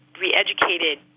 re-educated